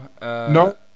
no